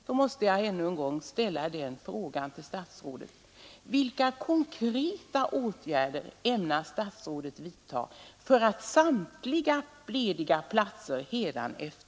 Då måste jag ännu en gång ställa den frågan till statsrådet: